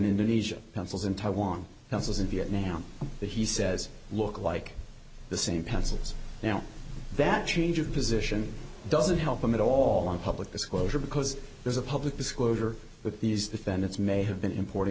indonesia pencils in taiwan houses in viet nam that he says look like the same pencils now that change of position doesn't help them at all on public disclosure because there's a public disclosure that these defendants may have been importing